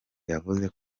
yavuze